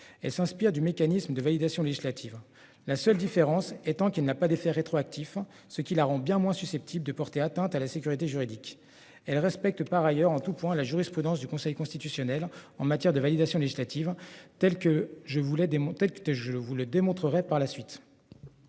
Elle s'inspire du mécanisme de validation législative. La seule différence étant qu'il n'a pas d'effet rétroactif. Ce qui la rend bien moins susceptibles de porter atteinte à la sécurité juridique. Elle respecte par ailleurs en tout point la jurisprudence du Conseil constitutionnel en matière de validation législative telle que je voulais des qui était,